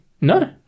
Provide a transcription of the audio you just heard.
No